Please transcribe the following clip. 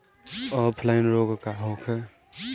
Offline रोग का होखे?